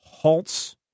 halts